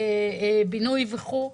בינוי וכולי,